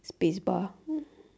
spacebar